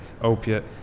opiate